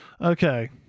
Okay